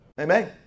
Amen